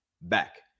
back